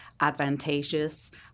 advantageous